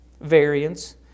variance